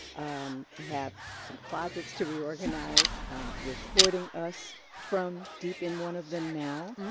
um i have some closets to reorganize i'm recording us from deep in one of them now.